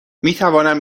میتوانم